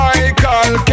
Michael